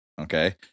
okay